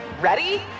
Ready